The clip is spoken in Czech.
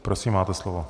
Prosím, máte slovo.